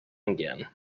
again